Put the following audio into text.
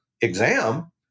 exam